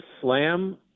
slam